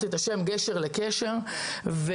קשר לקשר,